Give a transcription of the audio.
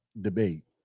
debate